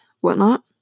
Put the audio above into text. whatnot